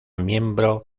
miembro